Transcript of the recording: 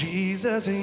Jesus